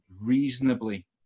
reasonably